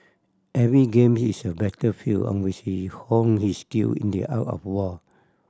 every game is a battlefield on which he hone his skill in the art of war